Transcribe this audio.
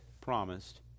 promised